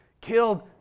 killed